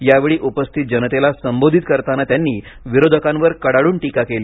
यावेळी उपस्थित जनतेला संबोधित करताना त्यांनी विरोधकांवर कडाडून टीका केली